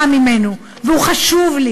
ודיברתי כיצד הוא דבר שאני באה ממנו והוא חשוב לי,